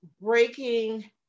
breaking